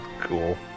cool